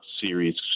series